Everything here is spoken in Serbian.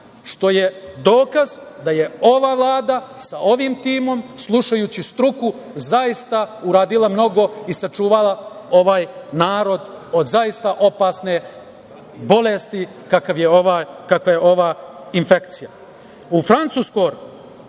što je dokaz da je ova Vlada sa ovim timom, slušajući struku, zaista uradila mnogo i sačuvala ovaj narod od zaista opasne bolesti kakva je ova infekcija.U